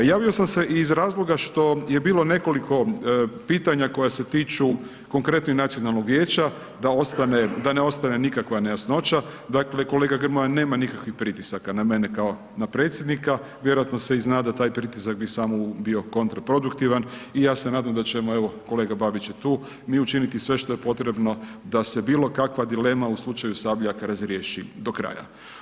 Javio sam se iz razloga što je bilo nekoliko pitanja koja se tiču konkretno Nacionalnog vijeća, da ne ostane nikakva nejasnoća, dakle kolega Grmoja, nema nikakvih pritisaka na mene kao na predsjednika, vjerojatno se i zna da taj pritisak bi samo bio kontraproduktivan i ja se nadam da ćemo evo kolega Babić je tu, mi učiniti sve što je potrebno da se bilokakva dilema u slučaju Sabljak razriješi do kraja.